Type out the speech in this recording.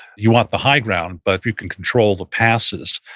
you want the high ground, but if you can control the passes,